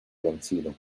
vencido